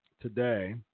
today